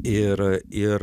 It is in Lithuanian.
ir ir